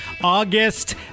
August